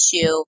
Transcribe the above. issue